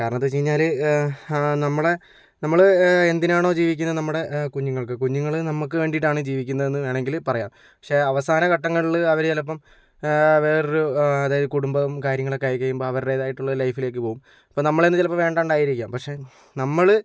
കാരണം എന്താ വെച്ച് കഴിഞ്ഞാൽ നമ്മൾ എന്തിനാണോ ജീവിക്കുന്നത് നമ്മടെ കുഞ്ഞുങ്ങൾക്ക് കുഞ്ഞുങ്ങൾ നമ്മക്ക് വേണ്ടിട്ടാണ് ജീവിക്കുന്നതെന്ന് വേണമെങ്കിൽ പറയാം പക്ഷേ അവസാന ഘട്ടങ്ങളിൽ അവർ ചിലപ്പോൾ വേറൊരു അതായത് കുടുംബം കാര്യങ്ങളൊക്കെ ആയിക്കഴിയുമ്പോൾ അവരുടേതായിട്ടുള്ള ലൈഫിലേക്ക് പോകും അപ്പോൾ നമ്മളെ ഒന്നും ചിലപ്പോൾ വേണ്ടാണ്ടായിരിക്കാം പക്ഷേ നമ്മൾ